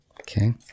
Okay